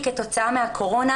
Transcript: ביוני, כתוצאה מהקורונה,